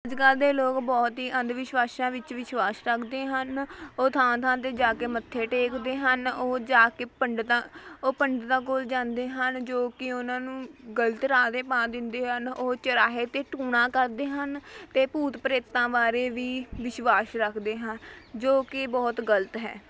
ਅੱਜ ਕੱਲ ਦੇ ਲੋਕ ਬਹੁਤ ਹੀ ਅੰਧਵਿਸ਼ਵਾਸਾਂ ਵਿੱਚ ਵਿਸ਼ਵਾਸ ਰੱਖਦੇ ਹਨ ਉਹ ਥਾਂ ਥਾਂ 'ਤੇ ਜਾ ਕੇ ਮੱਥੇ ਟੇਕਦੇ ਹਨ ਉਹ ਜਾ ਕੇ ਪੰਡਤਾਂ ਉਹ ਪੰਡਤਾਂ ਕੋਲ ਜਾਂਦੇ ਹਨ ਜੋ ਕਿ ਉਹਨਾਂ ਨੂੰ ਗਲਤ ਰਾਹ 'ਤੇ ਪਾ ਦਿੰਦੇ ਹਨ ਉਹ ਚੋਰਾਹੇ 'ਤੇ ਟੂਣਾ ਕਰਦੇ ਹਨ ਅਤੇ ਭੂਤ ਪ੍ਰੇਤਾਂ ਬਾਰੇ ਵੀ ਵਿਸ਼ਵਾਸ ਰੱਖਦੇ ਹੈਂ ਜੋ ਕਿ ਬਹੁਤ ਗਲਤ ਹੈ